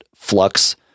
flux